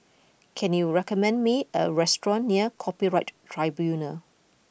can you recommend me a restaurant near Copyright Tribunal